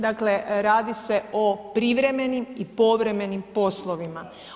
Dakle, radi se o privremenim i povremenim poslovima.